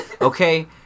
Okay